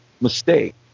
mistake